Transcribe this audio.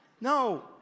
no